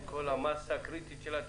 עם כל המסה הקריטית שלה,